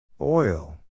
Oil